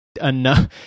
enough